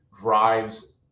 drives